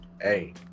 Hey